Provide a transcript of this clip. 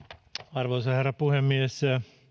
arvoisa herra puhemies